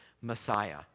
Messiah